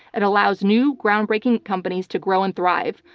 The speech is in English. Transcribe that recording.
it allows new, groundbreaking companies to grow and thrive,